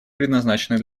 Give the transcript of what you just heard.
предназначены